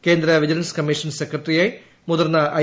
കേന്ദ്ര vigilance commission സെക്രട്ടറിയായി മുതിർന്ന ഐ